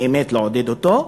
באמת לעודד אותו,